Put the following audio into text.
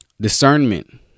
discernment